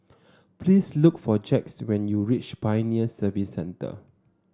please look for Jax when you reach Pioneer Service Centre